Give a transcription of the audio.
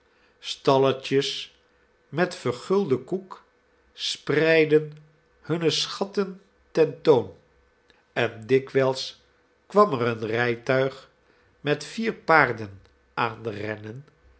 stalletjes met vergulden koek spreidden hunne schatten ten toon en dikwijls kwam er een rijtuig met vier paarden aanrennen